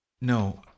No